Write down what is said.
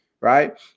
right